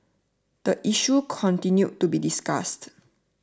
the issue continued to be discussed